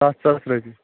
سَتھ ساس رۄپیہِ